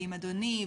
ועם אדוני,